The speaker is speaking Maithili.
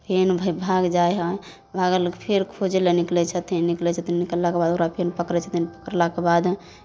फेर भै भाग जाइ हइ भागल फेर खोजय लेल निकलै छथिन निकलै छथिन निकललाके बाद ओकरा फेर पकड़ै छथिन पकड़लाके बाद